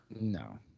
No